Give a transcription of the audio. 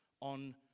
on